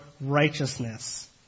righteousness